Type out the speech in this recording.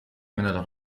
menor